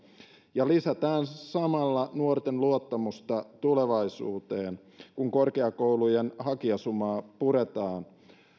ja lisätään samalla nuorten luottamusta tulevaisuuteen kun korkeakoulujen hakijasumaa puretaan